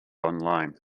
online